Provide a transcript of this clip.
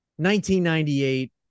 1998